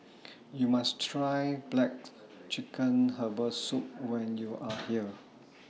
YOU must Try Black Chicken Herbal Soup when YOU Are here